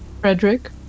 Frederick